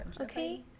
okay